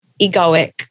egoic